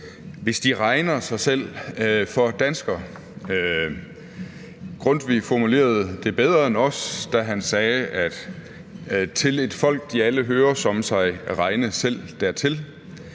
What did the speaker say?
hvis de regner sig selv for danskere. Grundtvig formulerede det bedre end os, da han sagde: »Til et folk de alle hører/ som sig regne selv dertil«.